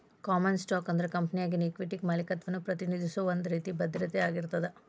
common stock ಅಂದ್ರ ಕಂಪೆನಿಯಾಗಿನ equity ಮಾಲೇಕತ್ವವನ್ನ ಪ್ರತಿನಿಧಿಸೋ ಒಂದ್ ರೇತಿ ಭದ್ರತೆ ಆಗಿರ್ತದ